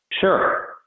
Sure